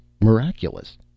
miraculous